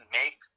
make